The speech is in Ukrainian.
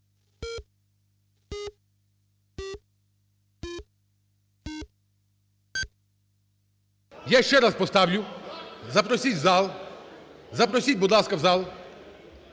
Я ще раз поставлю, запросіть в зал… запросіть, будь ласка, в зал.